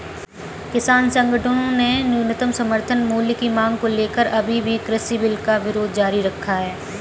किसान संगठनों ने न्यूनतम समर्थन मूल्य की मांग को लेकर अभी भी कृषि बिल का विरोध जारी रखा है